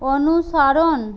অনুসরণ